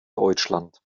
deutschland